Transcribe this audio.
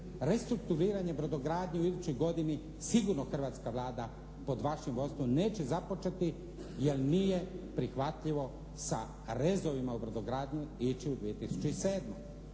restrukturiranje brodogradnje u idućoj godini sigurno hrvatska Vlada pod vašim vodstvom neće započeti jer nije prihvatljivo sa rezovima u brodogradnji ići u 2007.